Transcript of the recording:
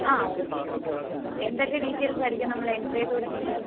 ആ okay okay എന്തൊക്കെ details ആയിരിക്കും നമ്മൾ എൻ്റർ ചെയ്ത് കൊടുക്കേണ്ടി വരുക